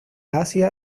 asia